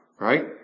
Right